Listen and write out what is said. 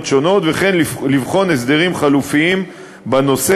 שונות וכן לבחון הסדרים חלופיים בנושא,